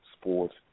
sports